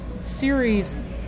series